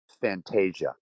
Fantasia